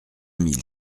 mille